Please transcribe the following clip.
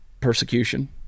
persecution